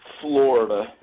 Florida